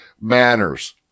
manners